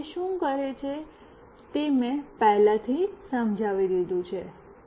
અને તે શું કરે છે તે મેં પહેલાથી સમજાવી દીધું છે